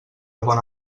bona